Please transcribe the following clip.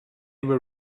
were